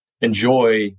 enjoy